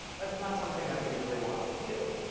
that's not something that we really want to do.